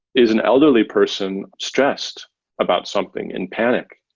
is an elderly person stressed about something in panic?